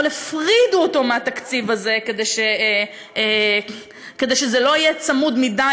אבל הפרידו אותו מהתקציב הזה כדי שזה לא יהיה צמוד מדי,